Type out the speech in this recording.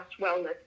wellness